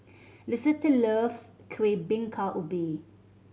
Lisette loves Kuih Bingka Ubi